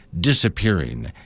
disappearing